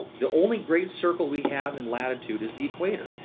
the only great circle we have in latitude is the equator.